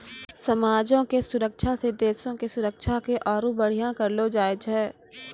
समाजो के सुरक्षा से देशो के सुरक्षा के आरु बढ़िया करलो जाय छै